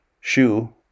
shoe